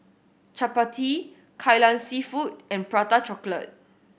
chappati Kai Lan Seafood and Prata Chocolate